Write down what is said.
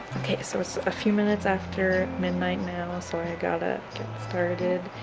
okay so it's a few minutes after midnight now so i gotta get started,